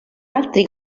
altri